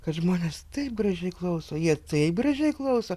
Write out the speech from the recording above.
kad žmonės taip gražiai klauso jie taip gražiai klauso